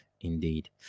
Indeed